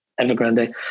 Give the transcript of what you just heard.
Evergrande